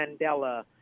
Mandela